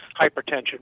hypertension